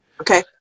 okay